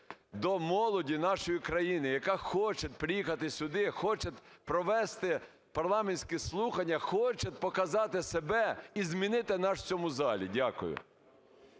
до молоді нашої країни, яка хоче приїхати сюди, хоче провести парламентські слухання, хоче показати себе і змінити нас в цьому залі? Дякую.